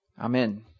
Amen